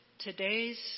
Today's